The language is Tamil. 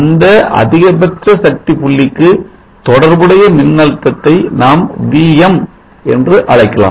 அந்த அதிகபட்ச சக்தி புள்ளிக்கு தொடர்புடைய மின்னழுத்தத்தை நாம் Vm என்று அழைக்கலாம்